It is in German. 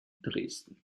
dresden